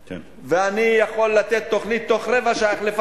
אני הייתי במשטרה ואני יכול בתוך רבע שעה לתת